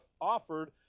offered